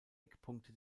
eckpunkte